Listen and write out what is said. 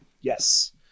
yes